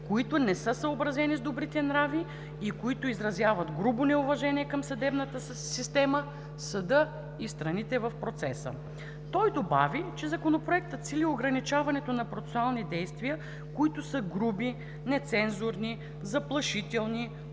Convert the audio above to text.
които не са съобразени с добрите нрави и които изразяват грубо неуважение към съдебната система, съда и страните в процеса. Добави, че Законопроектът цели ограничаването на процесуални действия, които са груби, нецензурни, заплашителни